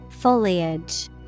Foliage